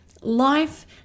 Life